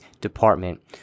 Department